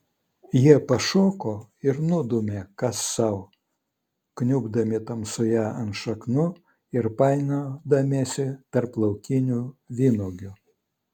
jie pašoko ir nudūmė kas sau kniubdami tamsoje ant šaknų ir painiodamiesi tarp laukinių vynuogių